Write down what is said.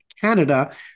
Canada